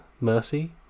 Mercy